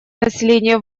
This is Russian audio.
населения